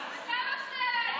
נתקבלה.